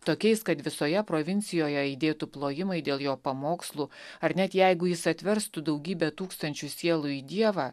tokiais kad visoje provincijoje aidėtų plojimai dėl jo pamokslų ar net jeigu jis atverstų daugybę tūkstančių sielų į dievą